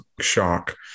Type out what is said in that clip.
shock